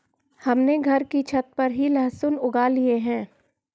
हमने घर की छत पर ही लहसुन उगा लिए हैं